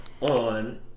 on